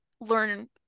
learn